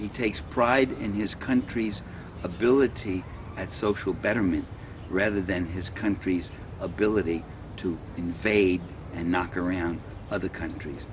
he takes pride in his country's ability and social betterment rather than his country's ability to fade and knock around other countries